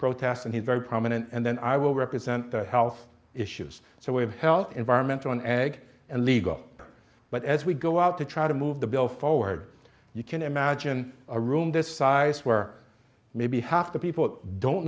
protests and he's very prominent and then i will represent the health issues so we have health environmental an egg and legal but as we go out to try to move the bill forward you can imagine a room this size where maybe half the people